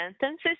sentences